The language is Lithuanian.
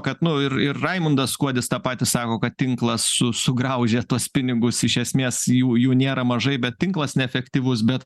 kad nu ir ir raimundas kuodis tą patį sako kad tinklas su sugraužia tuos pinigus iš esmės jų jų nėra mažai bet tinklas neefektyvus bet